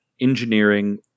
Engineering